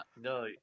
No